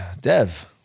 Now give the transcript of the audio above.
Dev